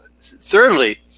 Thirdly